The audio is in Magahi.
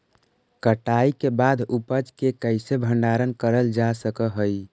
कटाई के बाद उपज के कईसे भंडारण करल जा सक हई?